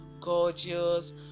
gorgeous